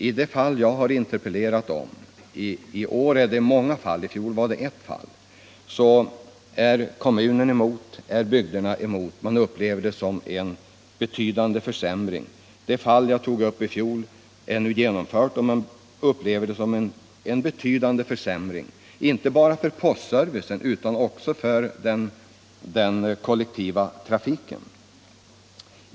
I de fall som föranlett mina frågor är kommunen och bygden emot den föreslagna ändringen. Den förändring som jag tog upp i fjol är nu genomförd. Man upplever den såsom en betydande försämring, inte bara för postservicen utan också för den kollektiva trafiken.